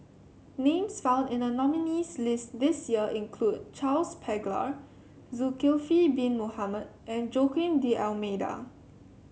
names found in the nominees' list this year include Charles Paglar Zulkifli Bin Mohamed and Joaquim D'Almeida